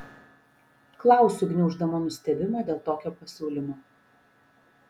klausiu gniauždama nustebimą dėl tokio pasiūlymo